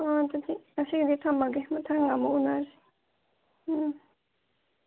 ꯑꯣ ꯑꯗꯨꯗꯤ ꯉꯁꯤꯒꯤꯗꯤ ꯊꯝꯃꯒꯦ ꯃꯊꯪ ꯑꯃꯨꯛ ꯎꯟꯅꯔꯁꯤ ꯎꯝ